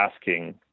asking